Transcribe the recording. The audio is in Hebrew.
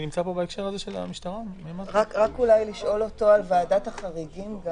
אני מבקשת לשאול על ועדת החריגים.